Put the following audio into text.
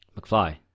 McFly